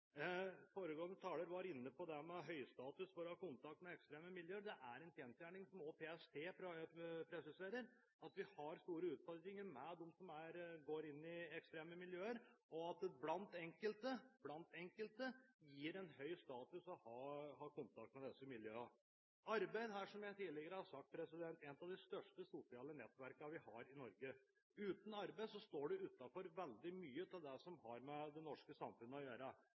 Foregående taler var inne på at det er høystatus å ha kontakt med ekstreme miljøer. Det er en kjensgjerning, som også PST presiserer: Vi har store utfordringer med dem som går inn i ekstreme miljøer, og blant enkelte – enkelte – gir det høy status å ha kontakt med disse miljøene. Arbeid er, som jeg tidligere har sagt, et av de største sosiale nettverkene vi har i Norge. Uten arbeid står du utenfor veldig mye av det som har med det norske samfunnet å gjøre.